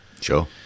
Sure